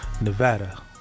Nevada